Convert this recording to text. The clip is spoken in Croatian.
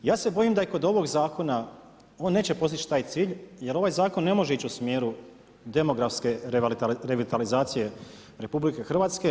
Ja se bojim da i kod ovog zakona on neće postići taj cilj jer ovaj zakon ne može ići u smjeru demografske revitalizacije RH.